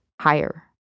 higher